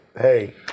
hey